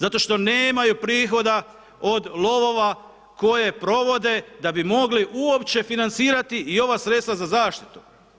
Zato što nemaju prihoda od lovova koje provode da bi mogli uopće financirati i ova sredstva za zaštitu.